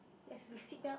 yes with seat belt